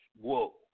whoa